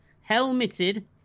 Helmeted